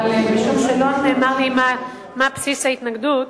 אבל משום שלא נאמר לי מה בסיס ההתנגדות,